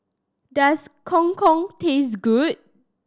does Gong Gong taste good